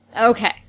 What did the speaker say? Okay